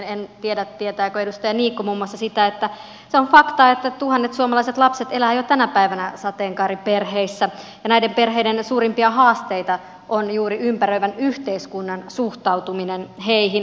en tiedä tietääkö edustaja niikko muun muassa sitä että se on fakta että tuhannet suomalaiset lapset elävät jo tänä päivänä sateenkaariperheissä ja näiden perheiden suurimpia haasteita on juuri ympäröivän yhteiskunnan suhtautuminen heihin